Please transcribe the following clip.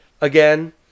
again